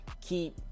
keep